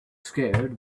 scared